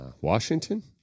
Washington